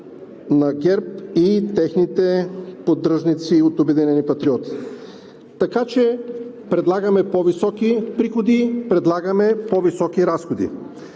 на ГЕРБ и техните поддръжници от „Обединени патриоти“. Така че предлагаме по-високи приходи, предлагаме по-високи разходи.